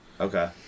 Okay